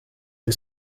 iri